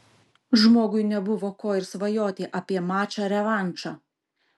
žmogui nebuvo ko ir svajoti apie mačą revanšą